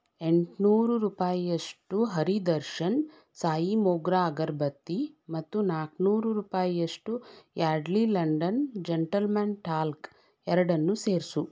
ಎಂಟುನೂರು ರೂಪಾಯಿಯಷ್ಟು ಹರಿ ದರ್ಶನ್ ಸಾಯಿ ಮೋಗ್ರಾ ಅಗರಬತ್ತಿ ಮತ್ತು ನಾಲ್ಕ್ನೂರು ರೂಪಾಯಿಯಷ್ಟು ಯಾರ್ಡ್ಲಿ ಲಂಡನ್ ಜೆಂಟಲ್ಮನ್ ಟಾಲ್ಕ್ ಎರಡನ್ನು ಸೇರಿಸು